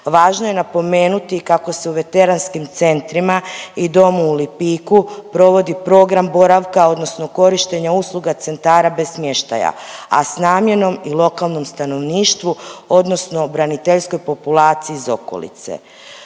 Važno je napomenuti kako se u veteranskim centrima i Domu u Lipiku provodi program boravka odnosno korištenja usluga centara bez smještaja, a s namjenom i lokalnom stanovništvu odnosno braniteljskoj populaciji iz okolice.